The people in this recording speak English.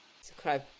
Subscribe